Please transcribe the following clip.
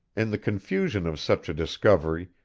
in the confusion of such a discovery,